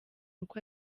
uko